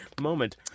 moment